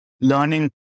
learning